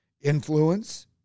influence